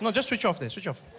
um just switch off there, switch off